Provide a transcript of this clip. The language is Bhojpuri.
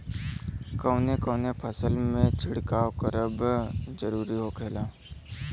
कवने कवने फसल में छिड़काव करब जरूरी होखेला?